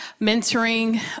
mentoring